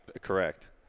Correct